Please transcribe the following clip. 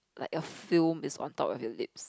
like a film is on top of your lips